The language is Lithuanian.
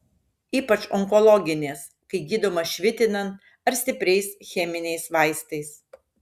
ypač onkologinės kai gydoma švitinant ar stipriais cheminiais vaistais